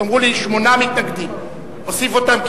תאמרו לי שמונה מתנגדים, אוסיף אותם.